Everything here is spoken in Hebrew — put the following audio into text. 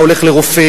אתה הולך לרופא,